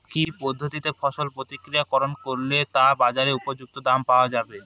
কি পদ্ধতিতে ফসল প্রক্রিয়াকরণ করলে তা বাজার উপযুক্ত দাম পাওয়া যাবে?